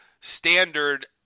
standard